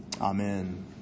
Amen